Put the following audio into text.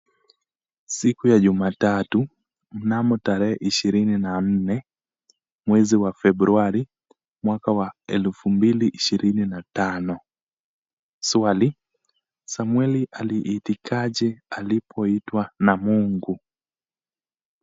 Siku ya Jumatatu, mnamo tarehe ishirini na nne mwezi wa Februari mwaka wa elfu mbili ishirini na tano. Swali, Samweli aliitikaje alipoitwa na Mungu?